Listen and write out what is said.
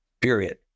Period